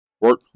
Work